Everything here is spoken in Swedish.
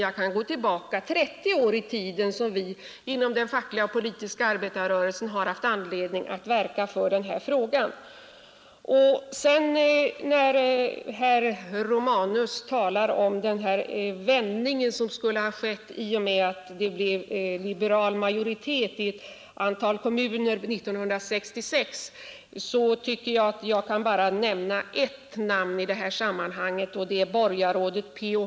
Jag kan gå tillbaka 30 år i tiden, för sedan minst så lång tid tillbaka har vi inom den fackliga och politiska arbetarrörelsen verkat för den här frågan. När herr Romanus talar om den vändning som skulle ha skett då det blev liberal majoritet i ett antal kommuner 1966, kan jag bara nämna ett namn i sammanhanget, nämligen borgarrådet P.-O.